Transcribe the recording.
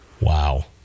Wow